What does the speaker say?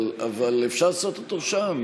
אבל אפשר לעשות אותו שם,